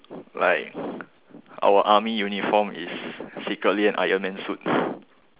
like our army uniform is secretly an iron man suit